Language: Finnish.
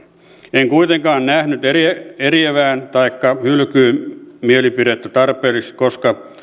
en kuitenkaan nähnyt eriävää eriävää taikka hylkymielipidettä tarpeelliseksi koska